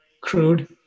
crude